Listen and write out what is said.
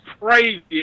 crazy